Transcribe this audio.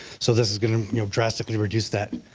so this is going to drastically reduce that.